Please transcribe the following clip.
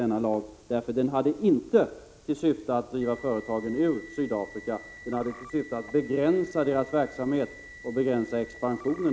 Den hade inte till syfte att driva de svenska företagen ut ur Sydafrika, utan den hade till syfte att begränsa deras verksamhet och expansion.